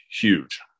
huge